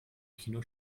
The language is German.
kino